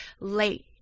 Late